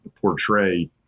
portray